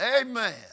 Amen